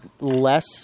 less